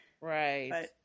right